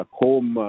home